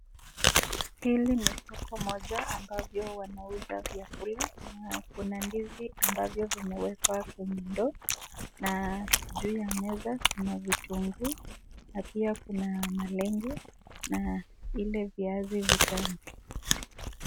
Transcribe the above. Hili ni soko moja ambavyo wanauza vyakula na kuna ndizi ambavyo vimewekwa kwenye ndoo na juu ya meza kuna vitunguu na pia kuna malenge na ile viazi vitamu.